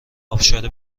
ابشار